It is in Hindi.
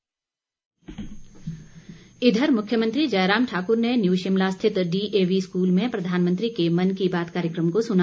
मुख्यमंत्री मन की बात इधर मुख्यमंत्री जयराम ठाकुर ने न्यू शिमला स्थित डीएवी स्कूल में प्रधानमंत्री के मन की बात कार्यक्रम को सुना